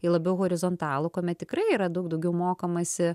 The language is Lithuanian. į labiau horizontalų kuomet tikrai yra daug daugiau mokomasi